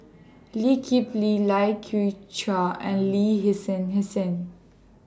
Lee Kip Lee Lai Kew Chai and Lin Hsin Hsin